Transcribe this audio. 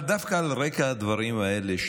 אבל דווקא על רקע הדברים האלה,